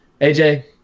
AJ